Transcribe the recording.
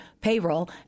payroll